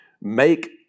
make